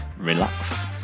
relax